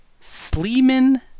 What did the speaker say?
Sleeman